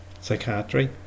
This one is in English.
psychiatry